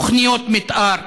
תוכניות מתאר